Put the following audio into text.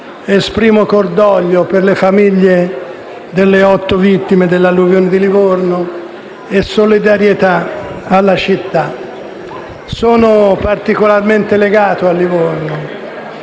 esprimo cordoglio per le famiglie delle otto vittime dell'alluvione di Livorno e solidarietà alla città. Sono particolarmente legato a Livorno,